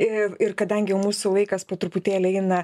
ir ir kadangi jau mūsų laikas po truputėlį eina